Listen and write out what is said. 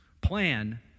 Plan